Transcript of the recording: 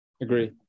agree